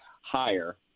higher